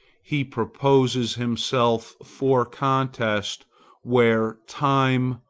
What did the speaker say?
he proposes himself for contests where time,